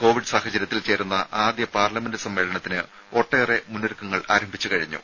Covid സാഹചര്യത്തിൽ ചേരുന്ന ആദ്യ പാർലമെന്റ് സമ്മേളനത്തിന് ഒട്ടേറെ മുന്നൊരുക്കങ്ങൾ ആരംഭിച്ചു കഴിഞ്ഞു